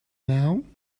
now